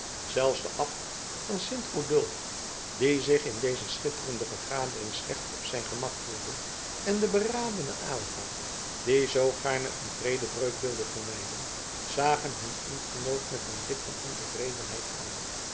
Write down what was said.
zelfs de abt van sint odulf die zich in deze schitterende vergadering slecht op zijn gemak voelde en de beradene aylva die zoo gaarne een vredebreuk wilde vermijden zagen hun ambtgenoot met een blik van ontevredenheid aan